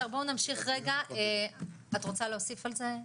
בסדר בוא נמשיך רגע, את רוצה להוסיף על זה?